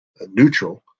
neutral